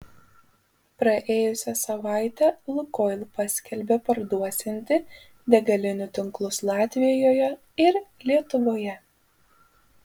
praėjusią savaitę lukoil paskelbė parduosianti degalinių tinklus latvijoje ir lietuvoje